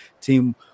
team